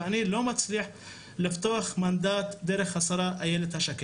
ואני לא מצליח לפתוח מנדט דרך השרה איילת שקד.